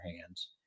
hands